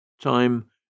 Time